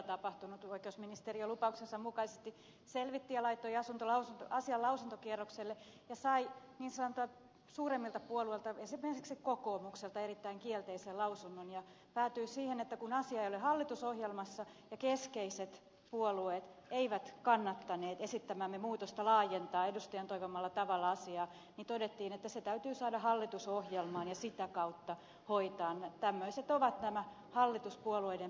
oikeusministeriö lupauksensa mukaisesti selvitti ja laittoi asian lausuntokierrokselle ja sai niin sanotuilta suuremmilta puolueilta esimerkiksi kokoomukselta erittäin kielteisen lausunnon ja päätyi siihen että kun asia ei ole hallitusohjelmassa ja keskeiset puolueet eivät kannattaneet esittämäämme muutosta laajentaa edustajan toivomalla tavalla asiaa niin todettiin että se täytyy saada hallitusohjelmaan ja sitä kautta hoidetaan että ne sitovat nenä hoitaa